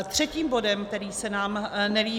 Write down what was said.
Třetím bodem, který se nám nelíbí